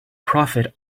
profit